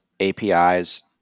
apis